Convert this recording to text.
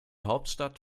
hauptstadt